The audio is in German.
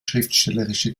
schriftstellerische